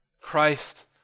Christ